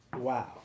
Wow